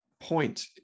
point